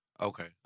Okay